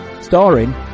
starring